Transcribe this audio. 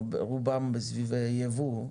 רובם סביב יבוא.